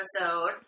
episode